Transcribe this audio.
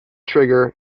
trigger